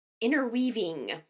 interweaving